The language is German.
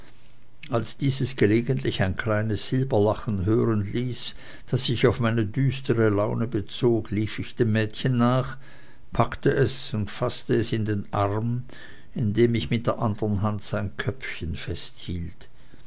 als dieses gelegentlich ein kleines silberlachen hören ließ das ich auf meine düstere laune bezog lief ich dem mädchen nach packte es und faßte es in den arm indem ich mit der anderen hand sein köpfchen festhielt